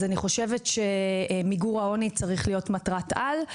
אני חושבת שמיגור העוני צריך להיות מטרת על,